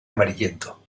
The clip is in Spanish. amarillento